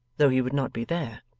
though he would not be there.